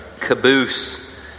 caboose